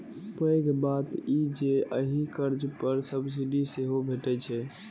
पैघ बात ई जे एहि कर्ज पर सब्सिडी सेहो भैटै छै